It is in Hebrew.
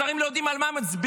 השרים לא יודעים על מה מצביעים.